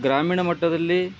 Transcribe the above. ಗ್ರಾಮೀಣ ಮಟ್ಟದಲ್ಲಿ